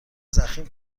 ضخیم